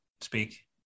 speak